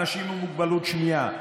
אנשים עם מוגבלות שמיעה,